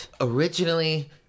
originally